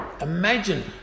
Imagine